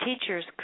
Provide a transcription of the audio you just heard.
teachers